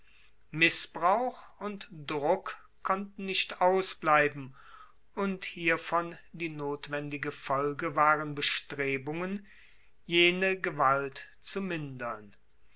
missbrauch und druck konnte nicht ausbleiben und hiervon die notwendige folge waren bestrebungen jene gewalt zu mindern